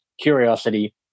curiosity